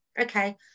okay